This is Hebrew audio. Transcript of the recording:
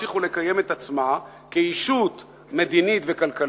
להמשיך לקיים את עצמה כישות מדינית וכלכלית,